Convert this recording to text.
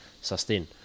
sustain